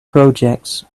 projects